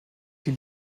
die